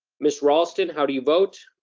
miss raulston, how do you vote?